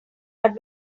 but